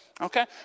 okay